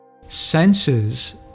senses